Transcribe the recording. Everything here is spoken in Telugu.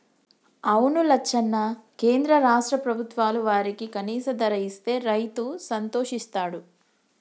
అవును లచ్చన్న కేంద్ర రాష్ట్ర ప్రభుత్వాలు వారికి కనీస ధర ఇస్తే రైతు సంతోషిస్తాడు